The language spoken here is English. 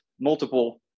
multiple